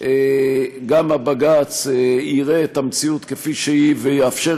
גם הבג"ץ יראה את המציאות כפי שהיא ויאפשר